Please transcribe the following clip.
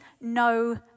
no